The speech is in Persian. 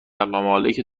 ممالک